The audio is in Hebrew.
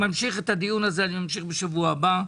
ממשיך את הדיון הזה, אני ממשיך בשבוע הבא.